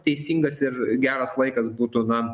teisingas ir geras laikas būtų na